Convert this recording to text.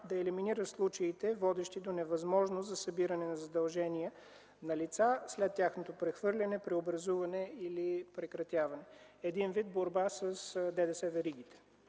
да елиминира случаите, водещи до невъзможност за събиране на задължения на лица след тяхното прехвърляне, преобразуване или прекратяване – един вид борба с ДДС-веригите.